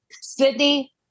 Sydney